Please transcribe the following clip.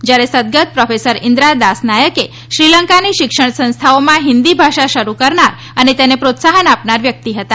જ્યારે સદગત પ્રોફેસર ઇંદ્રા દાસનાયકે શ્રીલંકાની શિક્ષણ સંસ્થાઓમાં હિન્દી ભાષા શરૂ કરનાર અને તેને પ્રોત્સાહન આપનાર વ્યક્તિ હતા